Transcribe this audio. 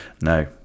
No